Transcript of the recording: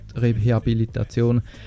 Rehabilitation